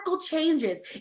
changes